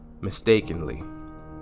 mistakenly